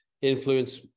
influence